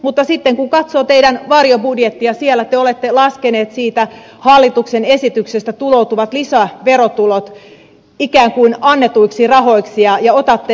mutta sitten kun katsoo teidän varjobudjettianne siellä te olette laskeneet siitä hallituksen esityksestä tuloutuvat lisäverotulot ikään kuin annetuiksi rahoiksi ja otatte ne käyttöönne